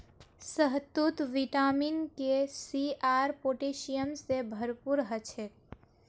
शहतूत vitamin K, C आर potassium से भरपूर ह छे